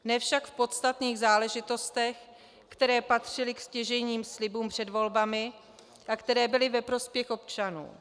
Ne však v podstatných záležitostech, které patřily ke stěžejním slibům před volbami a které byly ve prospěch občanů.